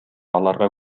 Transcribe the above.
аларга